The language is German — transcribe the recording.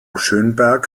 schönberg